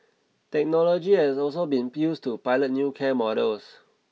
technology has also been used to pilot new care models